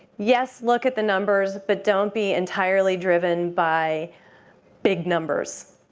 yes, look at the numbers but don't be entirely driven by big numbers.